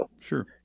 sure